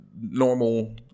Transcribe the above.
normal